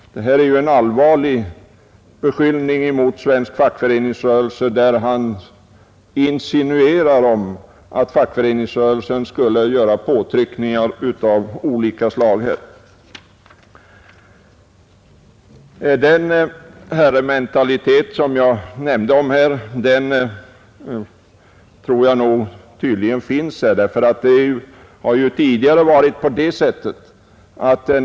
Detta är en allvarlig beskyllning mot svensk fackföreningsrörelse — han insinuerar att fackföreningsrörelsen skulle öva påtryckningar av olika slag. Den herrementalitet som jag nämnde om tror jag nog i stället finns här.